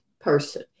person